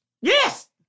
Yes